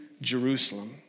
Jerusalem